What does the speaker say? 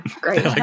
great